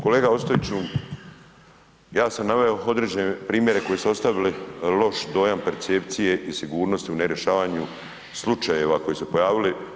Kolega Ostojiću, ja sam naveo određene primjere koji su ostavili loš dojam percepcije sigurnosti u nerješavanju slučajeva koji su se pojavili.